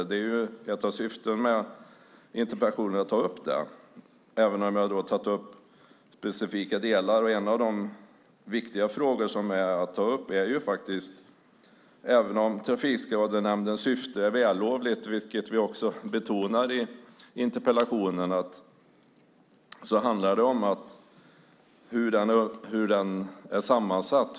Att ta upp detta är ett av syftena med interpellationen, även om jag har tagit upp specifika delar. En av de viktiga frågorna att ta upp är att det även om Trafikskadenämndens syfte är vällovligt, vilket jag också betonar i interpellationen, handlar om hur den är sammansatt.